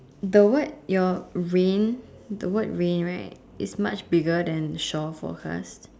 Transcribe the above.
the word your rain the word rain right is much bigger than shore forecast